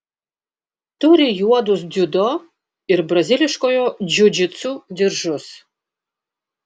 turi juodus dziudo ir braziliškojo džiudžitsu diržus